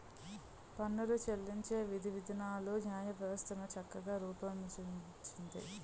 పన్నులు చెల్లించే విధివిధానాలను న్యాయవ్యవస్థ చక్కగా రూపొందించింది